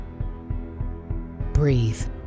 Breathe